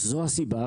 זו הסיבה,